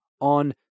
on